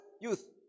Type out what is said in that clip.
youth